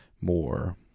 more